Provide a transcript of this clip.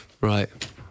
Right